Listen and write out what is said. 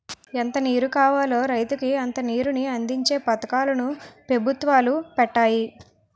ఎంత నీరు కావాలో రైతుకి అంత నీరుని అందించే పథకాలు ను పెభుత్వాలు పెట్టాయి